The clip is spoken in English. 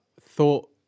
thought